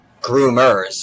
groomers